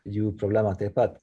jų problema taip pat